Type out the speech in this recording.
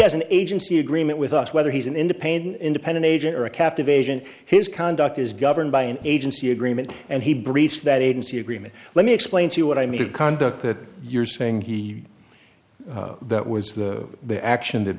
has an agency agreement with us whether he's an independent independent agent or a captivation his conduct is governed by an agency agreement and he breached that agency agreement let me explain to you what i mean of conduct that you're saying he that was the the action that